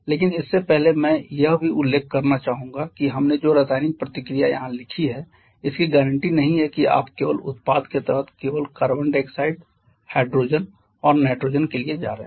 लेकिन इससे पहले मैं यह भी उल्लेख करना चाहूंगा कि हमने जो रासायनिक प्रतिक्रिया यहां लिखी है इसकी गारंटी नहीं है कि आप केवल उत्पाद के तहत केवल कार्बन डाइऑक्साइड हाइड्रोजन और नाइट्रोजन के लिए जा रहे हैं